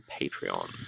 Patreon